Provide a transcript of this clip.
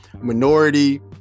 minority